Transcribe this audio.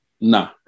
Nah